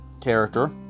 character